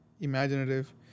imaginative